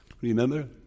remember